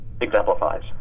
exemplifies